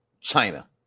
China